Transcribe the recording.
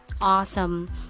awesome